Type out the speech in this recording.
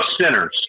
sinners